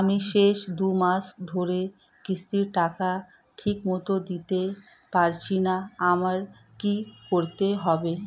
আমি শেষ দুমাস ধরে কিস্তির টাকা ঠিকমতো দিতে পারছিনা আমার কি করতে হবে?